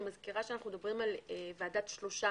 אני מזכירה שאנחנו מדברים על ועדת שלושה